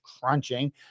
crunching